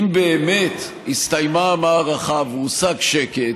אם באמת הסתיימה המערכה והושג שקט,